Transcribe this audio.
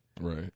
Right